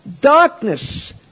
darkness